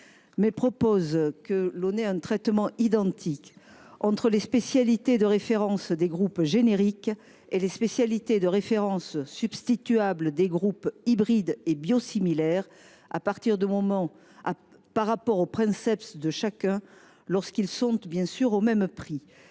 vise à prévoir un traitement identique entre les spécialités de référence des groupes génériques et les spécialités de référence substituables des groupes hybrides et biosimilaires, par rapport au princeps de chacun, lorsqu’ils sont au même prix.